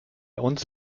uns